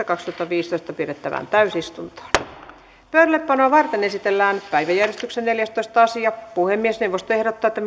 kaksituhattaviisitoista pidettävään täysistuntoon pöydällepanoa varten esitellään päiväjärjestyksen neljästoista asia puhemiesneuvosto ehdottaa että